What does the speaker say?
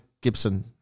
Gibson